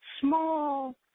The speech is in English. small